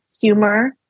humor